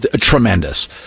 Tremendous